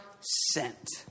sent